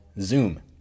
Zoom